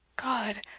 god!